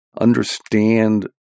understand